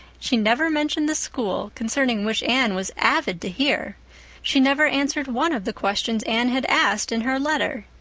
she never mentioned the school, concerning which anne was avid to hear she never answered one of the questions anne had asked in her letter.